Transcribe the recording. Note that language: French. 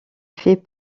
fait